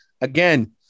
Again